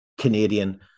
canadian